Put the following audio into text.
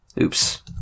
Oops